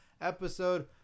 episode